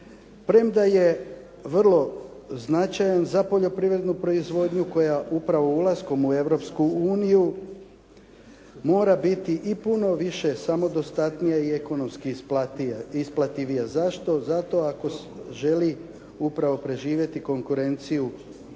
premda je vrlo značajan za poljoprivrednu proizvodnju koja upravo ulaskom u Europsku uniju mora biti i puno više samodostatnija i ekonomski isplativija. Zašto? Zato ako želi upravo preživjeti konkurenciju europske